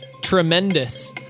Tremendous